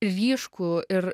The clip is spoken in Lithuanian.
ryškų ir